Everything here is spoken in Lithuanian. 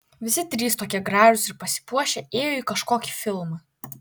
visi trys tokie gražūs ir pasipuošę ėjo į kažkokį filmą